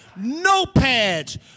notepads